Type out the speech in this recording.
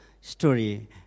story